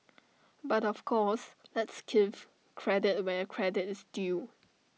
but of course let's give credit where credit is due